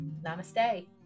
namaste